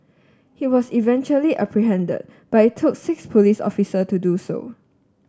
he was eventually apprehended but it took six police officer to do so